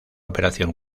operación